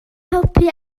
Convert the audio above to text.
helpu